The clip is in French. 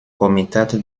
comitat